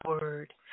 word